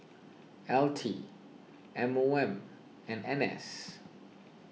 L T M O M and N S